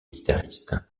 guitariste